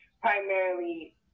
primarily